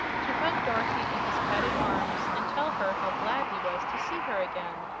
to hug dorothy in his padded arms and tell her how glad he was to see her again.